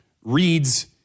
reads